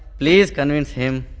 please convince him.